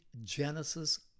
Genesis